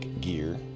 gear